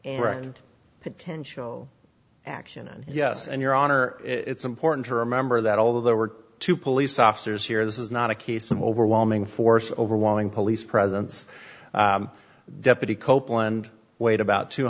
and potential action and yes and your honor it's important to remember that although there were two police officers here this is not a case of overwhelming force overwhelming police presence deputy copeland weighed about two